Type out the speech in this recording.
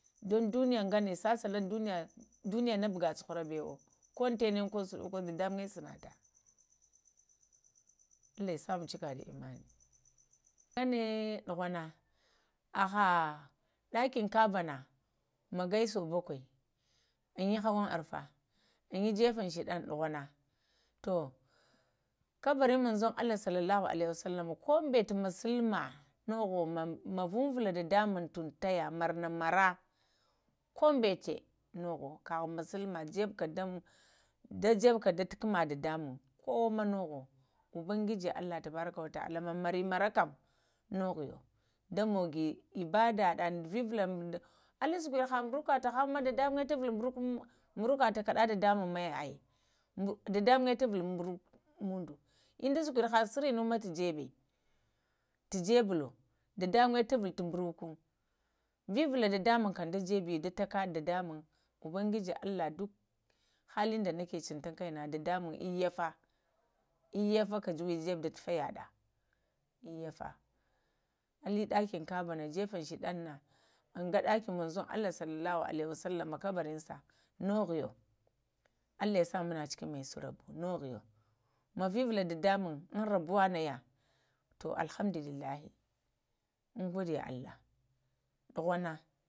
Ŋ duniya nganə sasa lən duniyə, duniya, duniyana bugalən cuhurawo ko əntanə ko uŋsuɗoko dada muŋə sanata, allah yasa mu cika da immani əe ne dughana haha ɗakin kabbah na magaye so bakwai, inyi hawaŋ arfa, inyə yəfən shadan, ɗughana tuh, kabarin manzun allah salalahu alihi wasalam, ko ɓəata muluma noho ma vuŋvaka dadamuŋm taya marun-mara, ko ŋbatə noho kagha musluma jeɓuka duŋ, da jebuka da tuƙuma dadamaŋm kowa ma noho ubangiji allah tabaraka wata'alah, allah man mari-marə kəm nohghiyo da moge ibadah da vəvula, əe shukuɗe ha ŋɓurakahaŋ ma dadamuŋm tuvulo ŋburakwo, ŋburəka takaɗa dada muŋm maye əe, dadamuŋya tavaluŋ uŋdo, inda sheku ɗə ha surunəe tu jebe, tujebulo dada muŋya tuvuluŋ uŋdu, vəvula dadamuŋm kəm jəbe da takaɗa dadamuŋm ubangiji allah, duk halinda nakə cuŋtan kaina dadamaŋm iyafafa, iyafa ka juwo jedəe da tamufakaɗa ayafa əeli ɗakin ka abbah na kam jefan shedan na, ənga ɗakinŋm manzun allah sallalaha alaihi waslama kaba rinsa nohoyo allah yasa manacikin məsun rabo nohgho, ma vivula dada muŋm nohoyo rabuwa naya tuh alhamdulillahi maŋgoɗə allah vaŋvula dadamuŋm kobo.